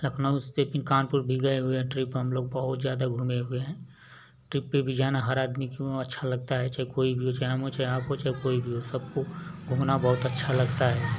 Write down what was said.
लखनऊ से फिर कानपुर भी गये हुए हें ट्रिप हम लोग बहुत ज़्यादा घूमे हुए हें ट्रिप पर भी जाना हर आदमी को अच्छा लगता हे चाहे कोई भी हो चाहे हम हो चाहे चाहे आप हो चाहे कोई भी हो सबको घूमना बहुत अच्छा लगता है